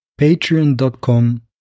patreon.com